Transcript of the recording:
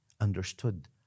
understood